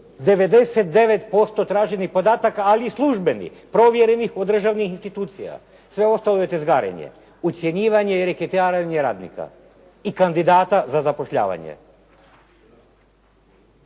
99% traženih podataka, ali službenih, provjerenih od državnih institucija. Sve ostalo je bljezgarenje, ucjenjivanje, reketarenje radnika i kandidata za zapošljavanje.